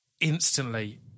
Instantly